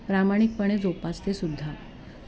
प्रामाणिकपणे जोपासते सुद्धा